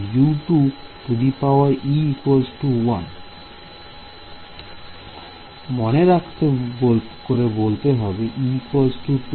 স্বামী আরো বলতে পারি e 2